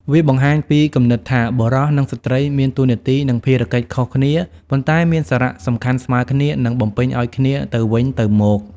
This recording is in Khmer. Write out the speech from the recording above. វាបង្ហាញពីគំនិតថា បុរសនិងស្ត្រីមានតួនាទី និងភារកិច្ចខុសគ្នា ប៉ុន្តែមានសារៈសំខាន់ស្មើគ្នា និងបំពេញឲ្យគ្នាទៅវិញទៅមក។